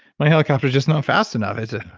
my helicopter's just not fast enough. yeah,